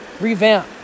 revamp